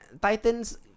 Titans